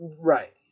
right